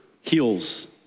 heals